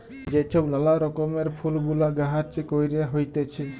যে ছব লালা রকমের ফুল গুলা গাহাছে ক্যইরে হ্যইতেছে